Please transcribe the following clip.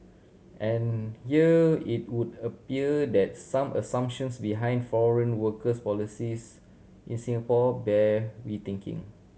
and here it would appear that some assumptions behind foreign worker policies in Singapore bear rethinking